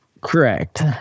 correct